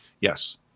Yes